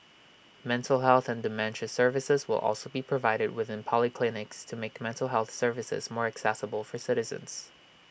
mental health and dementia services will also be provided within polyclinics to make mental health services more accessible for citizens